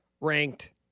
ranked